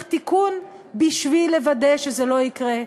תיקון בשביל לוודא שזה לא יקרה שוב.